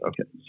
Okay